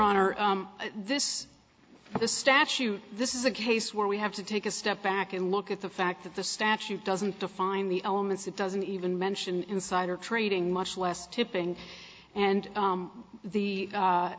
honor this is a statute this is a case where we have to take a step back and look at the fact that the statute doesn't define the elements it doesn't even mention insider trading much less tipping and the the